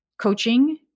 coaching